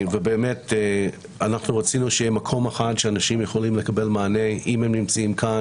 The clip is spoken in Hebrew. רצינו שיהיה מקום אחד בו אנשים יכולים לקבל מענה אם הם נמצאים כאן,